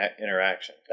interaction